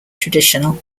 traditional